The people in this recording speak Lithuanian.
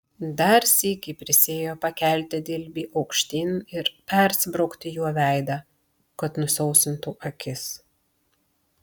dar sykį prisiėjo pakelti dilbį aukštyn ir persibraukti juo veidą kad nusausintų akis